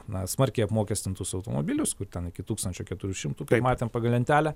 na smarkiai apmokestintus automobilius kur ten iki tūkstančio keturių šimtų kaip matėm pagal lentelę